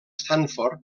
stanford